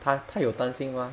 他他有担心吗